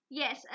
yes